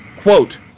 Quote